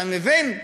אתה מבין?